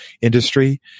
industry